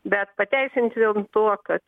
bet pateisint vien tuo kad